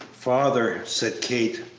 father, said kate,